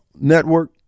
network